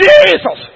Jesus